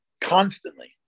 constantly